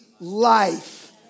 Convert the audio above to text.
life